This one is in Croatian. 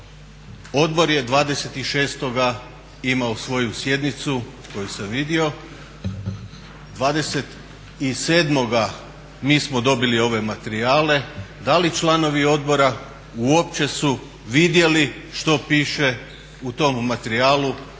ddbor je 26. imao svoju sjednicu koju sam vidio, 27. mi smo dobili ove materijale, da li članovi odbora uopće su vidjeli što piše u tom materijalu